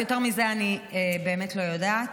יותר מזה אני באמת לא יודעת.